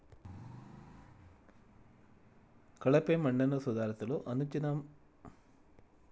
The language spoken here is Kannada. ಕಳಪೆ ಮಣ್ಣನ್ನು ಸುಧಾರಿಸಲು ಅನುಚಿತ ಮಣ್ಣಿನನಿರ್ವಹಣೆಯಿಂದ ಹಾನಿಯಾದಮಣ್ಣನ್ನು ಮರುನಿರ್ಮಾಣಕ್ಕೆ ಬಳಸ್ಬೋದು